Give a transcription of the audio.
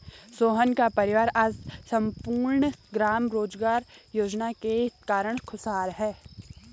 सोहन का परिवार आज सम्पूर्ण ग्राम रोजगार योजना के कारण खुशहाल है